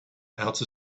outer